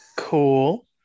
Cool